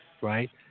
right